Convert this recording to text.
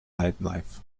nightlife